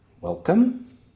welcome